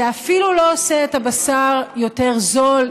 זה אפילו לא עושה את הבשר יותר זול,